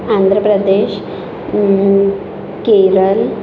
Andhra Pradesh Kerala